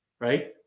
right